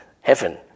heaven